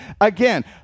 Again